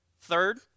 Third